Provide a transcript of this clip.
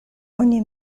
oni